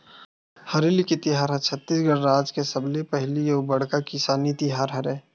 हरेली के तिहार ह छत्तीसगढ़ राज के सबले पहिली अउ बड़का किसानी तिहार हरय